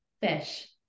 fish